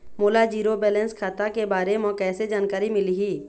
मोला zero balance खाता के बारे म कैसे जानकारी मिलही?